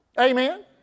Amen